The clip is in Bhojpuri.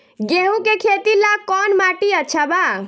गेहूं के खेती ला कौन माटी अच्छा बा?